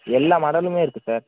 எல்லா மாடலுமே இருக்குது சார்